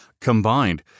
Combined